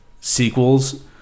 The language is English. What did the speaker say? sequels